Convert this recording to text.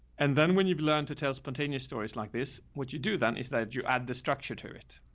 and then when you've learned to tell spontaneous stories like this, what you do then is that you add the structure to it.